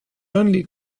only